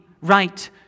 right